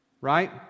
Right